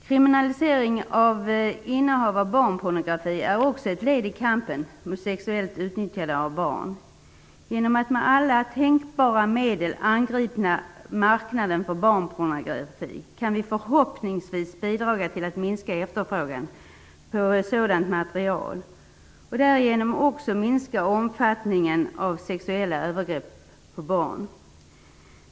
Kriminalisering av innehav av barnpornografi är också ett led i kampen mot sexuellt utnyttjande av barn. Genom att med alla tänkbara medel angripa marknaden för barnpornografi kan vi förhoppningsvis bidra till att minska efterfrågan på sådant material och därigenom också minska omfattningen av sexuella övergrepp mot barn.